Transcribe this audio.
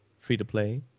free-to-play